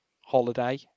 holiday